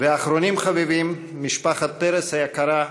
ואחרונים חביבים, משפחת פרס היקרה: